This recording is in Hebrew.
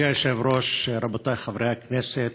מכובדי היושב-ראש, רבותיי חברי הכנסת,